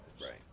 right